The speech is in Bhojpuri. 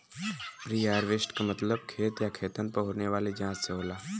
प्रीहार्वेस्ट क मतलब खेत या खेतन पर होने वाली जांच से होला